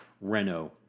Renault